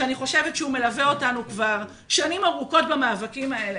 ואני חושבת שהוא מלווה אותנו כבר שנים ארוכות במאבקים האלה,